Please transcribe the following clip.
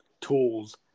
tools